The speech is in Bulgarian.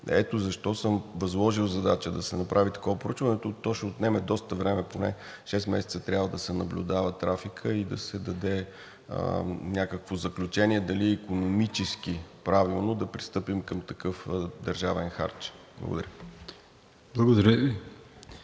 Ето защо съм възложил задача да се направи такова проучване. То ще отнеме доста време, поне шест месеца трябва да се наблюдава трафикът и да се даде някакво заключение дали икономически е правилно да пристъпим към такъв държавен харч. Благодаря.